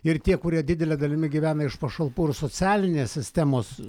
ir tie kurie didele dalimi gyvena iš pašalpų ir socialinės sistemos